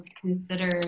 consider